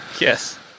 Yes